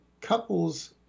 couples